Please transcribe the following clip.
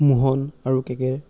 মোহন আৰু কেকে